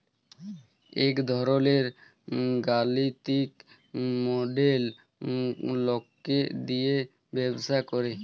ইক ধরলের গালিতিক মডেল লকে দিয়ে ব্যবসা করে